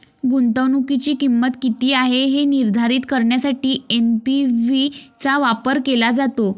गुंतवणुकीची किंमत किती आहे हे निर्धारित करण्यासाठी एन.पी.वी चा वापर केला जातो